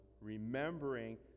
remembering